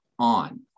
on